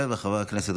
בבקשה.